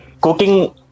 cooking